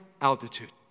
altitude